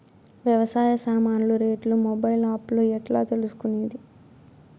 వ్యవసాయ సామాన్లు రేట్లు మొబైల్ ఆప్ లో ఎట్లా తెలుసుకునేది?